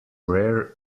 rare